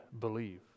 believe